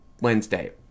Wednesday